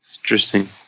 interesting